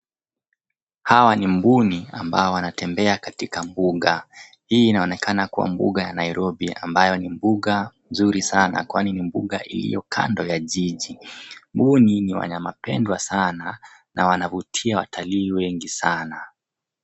Hawa ni mbuni ambao wanatembea katika bunga. Hii inaonekana kuwa bunga ya Nairobi ambayo ni bunga nzuri sana kwani ni bunga iliokando ya jiji. Mbuni ni wanyama pendwa sana na wanavutia watalii wengi sana.